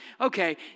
okay